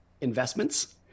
investments